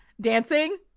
dancing